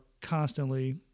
constantly